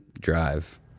drive